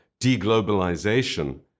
deglobalization